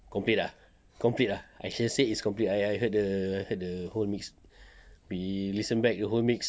complete ah complete ah aisyah said it's complete I I heard the heard the whole mix we listen back the whole mix